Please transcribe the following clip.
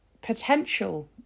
potential